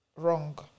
wrong